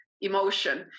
emotion